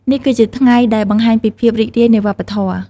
នេះគឺជាថ្ងៃដែលបង្ហាញពីភាពរីករាយនៃវប្បធម៌។